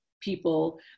people